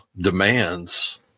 demands